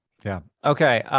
yeah, okay.